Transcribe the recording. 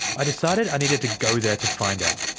i decided i needed to go there to find out.